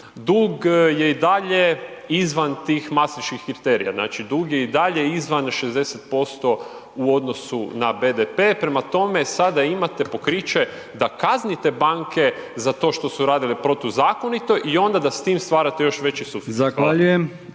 dug je i dalje izvan tih mastriških kriterija, znači dug je i dalje izvan 60% u odnosu na BDP, prema tome sada imate pokriće da kaznite banke za to što su radile protuzakonito i onda da s tim stvarate još veći suficit